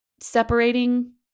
separating